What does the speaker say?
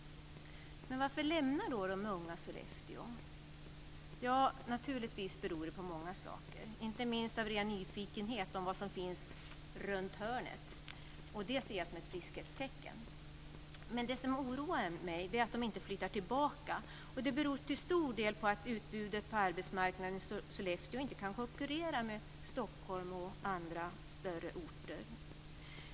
Varför lämnar då de unga Sollefteå? Ja, naturligtvis beror det på många saker, inte minst på ren nyfikenhet om vad som finns runt hörnet, och det ser jag som ett friskhetstecken. Det som är oroande är att de inte flyttar tillbaka, och det beror till stor del på att utbudet på arbetsmarknaden i Sollefteå inte kan konkurrera med utbudet i Stockholm eller i andra större städer.